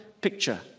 picture